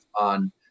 on